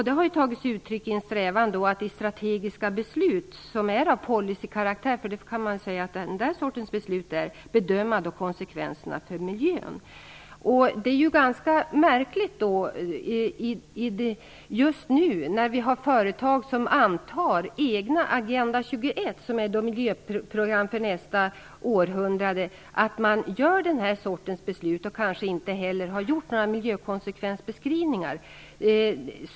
Det har tagit sig uttryck i en strävan efter strategiska beslut med policykaraktär och en bedömning av konsekvenserna för miljön. Nu finns det företag som antar egna Agenda 21 mål. Det är miljöprogram för nästa århundrade. Det är då ganska märkligt att de fattar sådana beslut utan att ha gjort miljökonsekvensbeskrivningar.